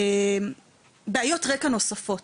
בעיות רקע נוספות.